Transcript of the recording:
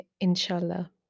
inshallah